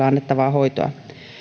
annettavaa hoitoa